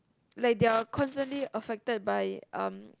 like they're constantly affected by um